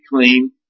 clean